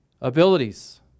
abilities